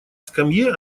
скамье